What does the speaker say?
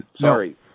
Sorry